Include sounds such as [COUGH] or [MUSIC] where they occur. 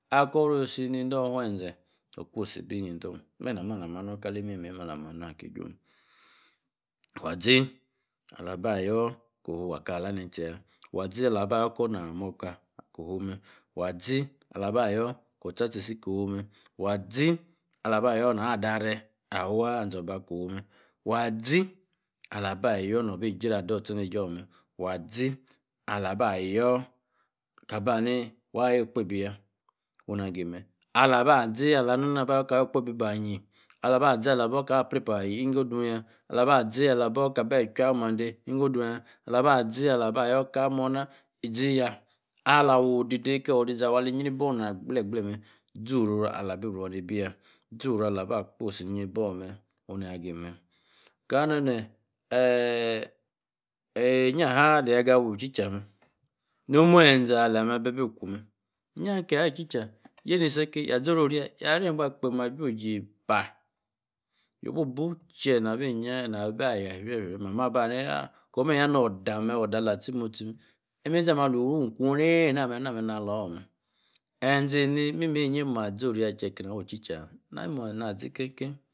Akor-oro isi. ende-ofue-ze. okposi isi endoh [HESITATION] nimi-mem. alah ma anu aki ju. wa-zi. alah ba-ayor. ko-luu. aka laah. ne-tie yaa waa-zi. alah ba yor. kor. nani morga. waa-zi. alah aba yor. akor. osta-sta. abí-si ko-huu mme. waa-zí. alah ba yor na-ba da-reeh. awa. azor-bah ko-huu mmer waa-zi. alah ba yor. nah-ba íj́rah. ador. ostornej́ie mme. waa zi. ala ba yor. ka-ba hani waa ayor okpebi yah. oh na-agi mme ala-ba zi nor-anu na ba wey-koa okpebi. baa yíe ala-ba zi. na-ba yor. aka ye-kar. okpebi. ba-hie. ala-ba-zi. na-ba. yor. aka pre-puaah weyi ngo doon yaah. ala ba zi. ala-ba yor kor. ichwi. awu-mande. weyí ngo do yaah. ala ba zi ala ba. yor. akor. amornna. zí yaah. alah-wor odide keeh. oriȝi. ali. iyri booh ina gble-gble. mme zoru. ana bi ru-oh ní-bí yaa. zoru. ala ba kposi ni-yri-bi orr mme. ona gi mme, [HESITATION] eyi=iyíayaah. aleyi aga weey. ichichaa mme nonu eze. alah-mi-ibi. abi kuu mme. inyaha. akíah. ayi ichincha. yeeh. ni-si aki yah roro-riya. kpeem aju oji-epa. yi-ibu tíe iyia, [HESITATION] mamoh. aba hani-ni. kor mme yaah nor-oda mme. ala tie ni-mosti mme. imaȝi ame alu-huun. ikun nee-na mme. na-ame na lor. mme. eze enni. imi-mee. azo-oro yaah tíe ake-nah. wi-chi-cha? Ni-muss-na zi. kene-kene